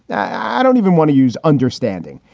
i don't even want to use understanding.